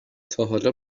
تاحالا